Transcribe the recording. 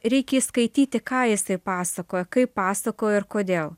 reikia įskaityti ką jisai pasakoja kaip pasakoja ir kodėl